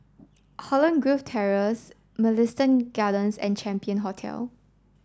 Holland Grove Terrace Mugliston Gardens and Champion Hotel